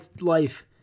life